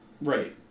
Right